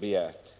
begärt.